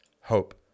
hope